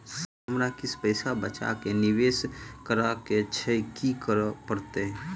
Sir हमरा किछ पैसा बचा कऽ निवेश करऽ केँ छैय की करऽ परतै?